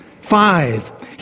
Five